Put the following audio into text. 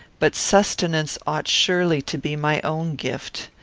but sustenance ought surely to be my own gift.